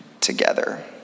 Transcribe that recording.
together